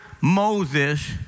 Moses